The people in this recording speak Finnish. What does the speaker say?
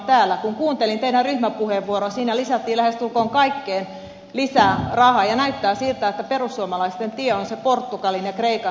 kun kuuntelin teidän ryhmäpuheenvuoroanne siinä lisättiin lähestulkoon kaikkeen lisää rahaa ja näyttää siltä että perussuomalaisten tie on se portugalin ja kreikan tie